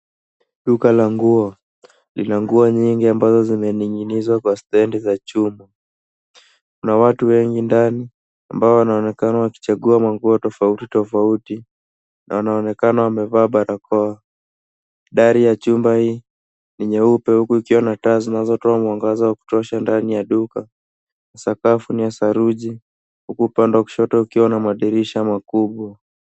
Duka la nguo, lina nguo nyingi ambazo zimening'inizwa kwa stand za chuma. Kuna watu wengi ndani, ambao wanaonekana wakichagua manguo tofauti tofauti, na wanaonekana wamevaa barakoa. Dari ya chumba hii ni nyeupe huku ikiwa na taa zinazotoa mwangaza wa kutosha ndani ya duka. Sakafu ni ya saruji huku upande wa kushoto ukiwa na madirisha makubwa.